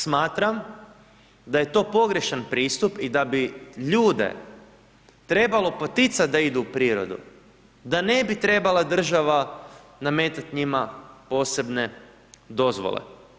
Smatram da je to pogrešan pristup i da bi ljude trebalo poticat da idu u prirodu, da ne bi trebala država nametat njima posebne dozvole.